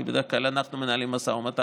כי בדרך כלל אנחנו מנהלים משא ומתן.